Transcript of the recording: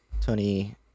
Tony